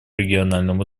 региональному